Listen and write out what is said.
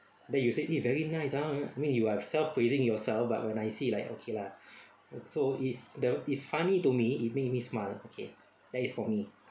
then you said eh very nice ah I mean you are self praising yourself but when I see like okay lah so is the is funny to me it make me smile okay that is for me